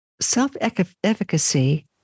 self-efficacy